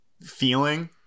feeling